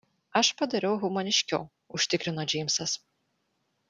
aš padariau humaniškiau užtikrino džeimsas